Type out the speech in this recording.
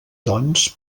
doncs